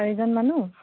চাৰিজন মানুহ